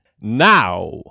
now